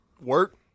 work